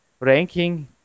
Ranking